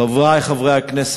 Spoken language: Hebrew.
חברי חברי הכנסת,